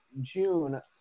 June